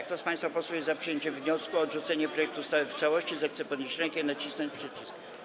Kto z państwa posłów jest za przyjęciem wniosku o odrzucenie projektu ustawy w całości, zechce podnieść rękę i nacisnąć przycisk.